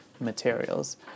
materials